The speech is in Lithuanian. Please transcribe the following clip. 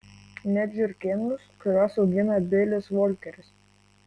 net žiurkėnus kuriuos augina bilis volkeris